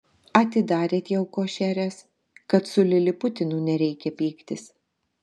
atidarėt jau košeres kad su liliputinu nereikia pyktis